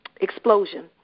explosion